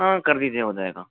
हाँ कर दीजिये हो जायेगा